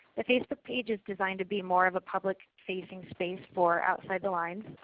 the facebook page is designed to be more of a public facing space for outside the lines.